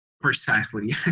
Precisely